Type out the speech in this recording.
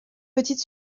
petite